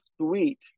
sweet